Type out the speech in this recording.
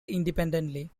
independently